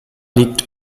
liegt